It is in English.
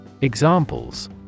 Examples